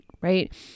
right